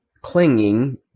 clinging